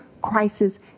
crisis